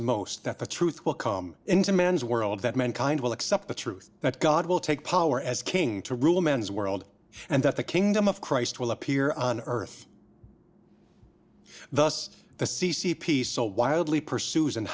fears most that the truth will come into man's world that mankind will accept the truth that god will take power as king to rule men's world and that the kingdom of christ will appear on earth thus the c c p so wildly pursues and